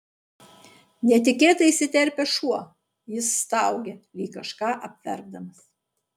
netikėtai įsiterpia šuo jis staugia lyg kažką apverkdamas